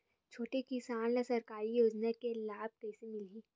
छोटे किसान ला सरकारी योजना के लाभ कइसे मिलही?